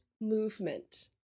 movement